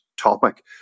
topic